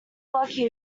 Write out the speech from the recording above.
lucky